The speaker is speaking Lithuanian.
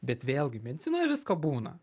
bet vėlgi medicinoje visko būna